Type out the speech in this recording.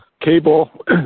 cable